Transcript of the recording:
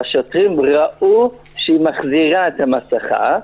והשוטרים ראו שהיא מחזירה את המסכה,